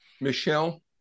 Michelle